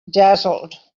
dazzled